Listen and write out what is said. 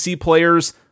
players